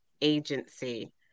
Agency